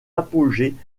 apogée